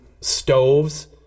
stoves